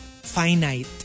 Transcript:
finite